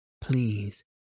please